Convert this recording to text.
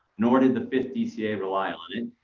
nor did the fifth dca rely on it.